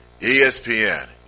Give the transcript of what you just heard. ESPN